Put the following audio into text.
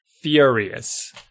Furious